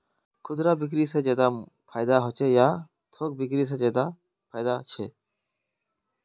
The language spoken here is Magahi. खुदरा बिक्री से ज्यादा फायदा होचे या थोक बिक्री से ज्यादा फायदा छे?